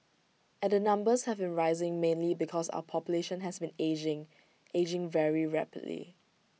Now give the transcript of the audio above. and the numbers have been rising mainly because our population has been ageing ageing very rapidly